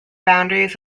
boundaries